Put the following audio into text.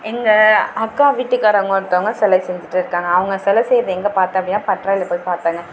எங்கள் அக்கா வீட்டுக்காரவங்க ஒருத்தவங்க சிலை செஞ்சுட்டு இருக்காங்க அவங்க சிலை செய்கிறத எங்கே பார்த்தேன் அப்படின்னா பட்டறைல போய் பார்த்தேங்க